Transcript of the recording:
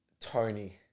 Tony